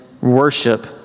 worship